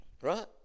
right